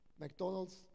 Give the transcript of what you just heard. McDonald's